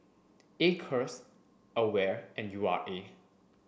Acres AWARE and U R A